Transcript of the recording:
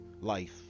life